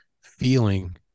feeling